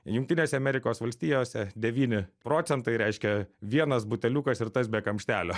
jungtinėse amerikos valstijose devyni procentai reiškia vienas buteliukas ir tas be kamštelio